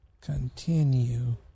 continue